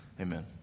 amen